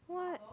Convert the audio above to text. what